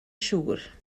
siŵr